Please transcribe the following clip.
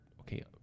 okay